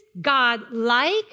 God-like